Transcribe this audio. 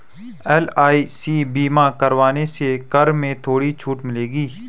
LIC बीमा करवाने से कर में थोड़ी छूट मिलेगी